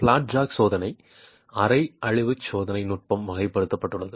plot jack சோதனை அரை அழிவு சோதனை நுட்பமாக வகைப்படுத்தப்பட்டுள்ளது